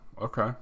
Okay